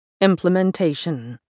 Implementation